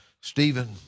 Stephen